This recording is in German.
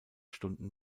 stunden